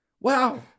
Wow